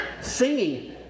Singing